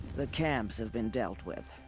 the camps have been dealt with.